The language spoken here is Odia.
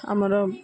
ଆମର